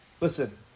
Listen